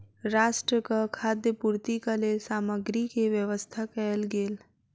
राष्ट्रक खाद्य पूर्तिक लेल सामग्री के व्यवस्था कयल गेल